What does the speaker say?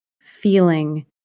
feeling